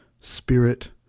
spirit